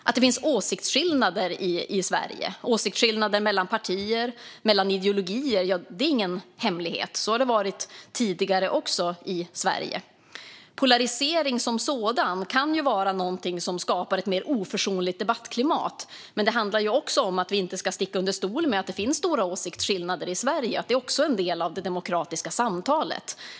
Att det finns åsiktsskillnader i Sverige, åsiktsskillnader mellan partier och mellan ideologier, är ingen hemlighet. Så har det varit tidigare också i Sverige. Polarisering som sådan kan ju vara något som skapar ett mer oförsonligt debattklimat, men det handlar också om att vi inte ska sticka under stol med att det finns stora åsiktsskillnader i Sverige. Det är också en del av det demokratiska samtalet.